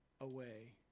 away